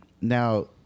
Now